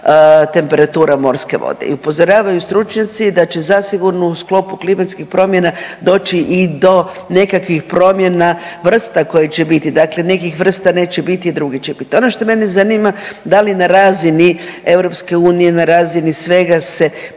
temperatura morske vode i upozoravaju stručnjaci da će zasigurno u sklopu klimatskih promjena doći i do nekakvih promjena vrsta koje će biti, dakle nekih vrsta neće biti, drugih će biti. Ono što mene zanima, da li na razini EU, na razini svega se